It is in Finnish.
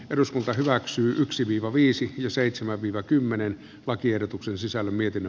eduskunta hyväksyy työksi viro viisi ja seitsemän viro kymmenen vaktiedotuksen sisällä mietin